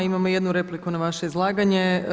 Imamo jednu repliku na vaše izlaganje.